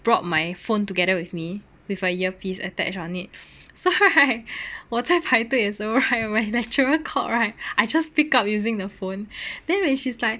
brought my phone together with me with a earpiece attach on it so right 我在排队的时候 right my lecturer called right I just pick up using the phone then when she's like